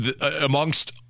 amongst